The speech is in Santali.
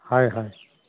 ᱦᱳᱭ ᱦᱳᱭ